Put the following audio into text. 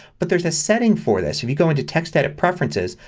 but there's a setting for this. if you go into textedit preferences,